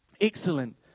Excellent